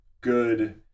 good